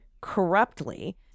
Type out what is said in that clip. corruptly